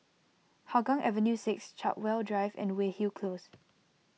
Hougang Avenue six Chartwell Drive and Weyhill Close